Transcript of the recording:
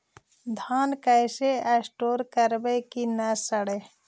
धान कैसे स्टोर करवई कि न सड़ै?